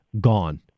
gone